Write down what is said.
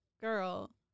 girl